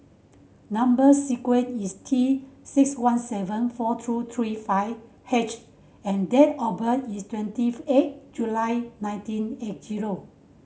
number square is T six one seven four two three five H and date of birth is twenty of eight July nineteen eight zero